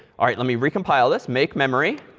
all right, let me recompile this, make memory,